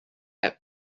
had